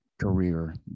career